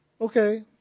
okay